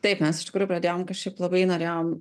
taip mes iš tikrųjų pradėjom kažkaip labai norėjom